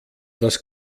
das